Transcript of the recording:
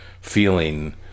feeling